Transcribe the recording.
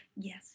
Yes